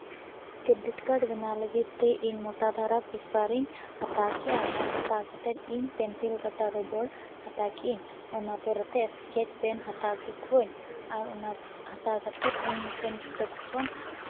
credit card ᱵᱮᱱᱟᱣ ᱞᱟᱹᱜᱤᱫᱛᱮ ᱤᱧ ᱢᱳᱴᱟ ᱫᱷᱟᱨᱟ ᱯᱮᱯᱟᱨᱤᱧ ᱦᱟᱛᱟᱣ ᱠᱮᱭᱟᱟ ᱚᱱᱟ ᱦᱟᱛᱟᱣ ᱠᱟᱛᱮᱫ ᱤᱧ ᱯᱮᱱᱥᱤᱞ ᱠᱟᱴᱟ ᱨᱳᱵᱚᱲ ᱦᱟᱛᱟᱣ ᱠᱮᱭᱟᱹᱧ ᱚᱱᱟ ᱯᱚᱨᱮᱛᱮ ᱥᱠᱮᱡ ᱯᱮᱱ ᱦᱟᱛᱟᱣ ᱠᱮᱜ ᱠᱚᱣᱟᱧ ᱟᱨ ᱚᱱᱟ ᱦᱟᱛᱟᱣ ᱠᱟᱛᱮᱫ ᱤᱧ ᱢᱤᱫᱴᱟᱱ ᱠᱤᱛᱟᱹᱵ ᱠᱷᱚᱱ